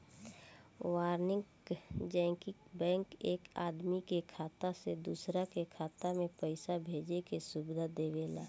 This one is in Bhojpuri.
वाणिज्यिक बैंक एक आदमी के खाता से दूसरा के खाता में पईसा भेजे के सुविधा देला